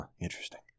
Interesting